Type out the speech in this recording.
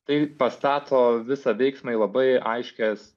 tai pastato visą veiksmą į labai aiškias